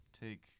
take